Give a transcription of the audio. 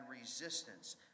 resistance